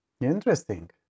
Interesting